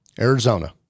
Arizona